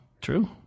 True